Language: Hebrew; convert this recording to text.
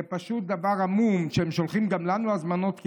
זה פשוט דבר המום, שהם שולחים גם לנו הזמנות כאלה.